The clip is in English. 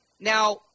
Now